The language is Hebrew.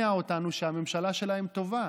שהממשלה שלהם טובה.